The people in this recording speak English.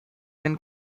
and